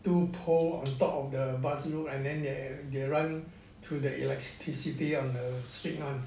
pole on top of the bus roof and then they run through the electricity on the street one